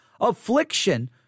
affliction